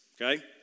Okay